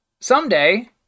Someday